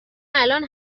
الان